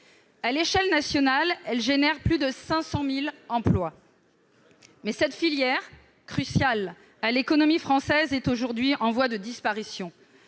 À l'échelle nationale, elle crée plus de 500 000 emplois. Pourtant, cette filière cruciale pour l'économie française est aujourd'hui en voie de disparition.